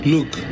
Look